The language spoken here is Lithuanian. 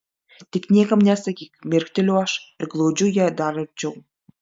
tik niekam nesakyk mirkteliu aš ir glaudžiu ją dar arčiau